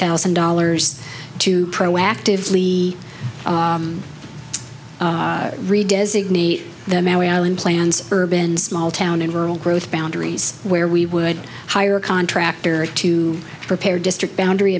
thousand dollars to proactively re designate allen plans urban small town in rural growth boundaries where we would hire a contractor to prepare district boundary